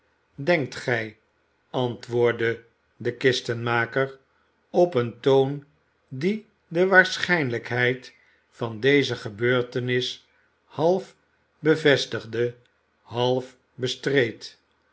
denkt gij antwoordde de kistenmaker op een toon die de waarschijnlijkheid van deze gebeurtenis half bevestigde half bestreed